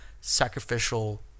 sacrificial